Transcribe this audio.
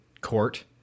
court